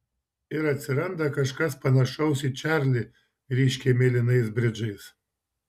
ir atsiranda kažkas panašaus į čarlį ryškiai mėlynais bridžais